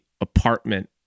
apartment